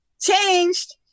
changed